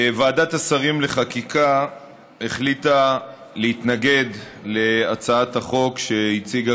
ועדת השרים לחקיקה החליטה להתנגד להצעת החוק שהציגה